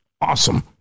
awesome